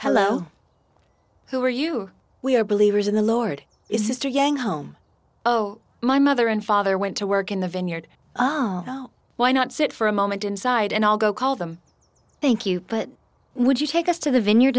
hello who are you we are believers in the lord is sister yang home oh my mother and father went to work in the vineyard why not sit for a moment inside and all go call them thank you but would you take us to the vineyard